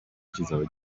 kizaba